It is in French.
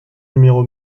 numéro